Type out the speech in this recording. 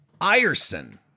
Ierson